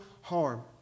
harm